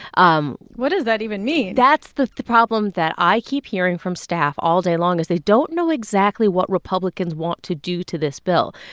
um what does that even mean? that's the the problem that i keep hearing from staff all day long, is they don't know exactly what republicans want to do to this bill.